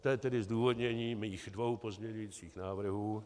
To je tedy zdůvodnění mých dvou pozměňujících návrhů.